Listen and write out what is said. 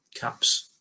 caps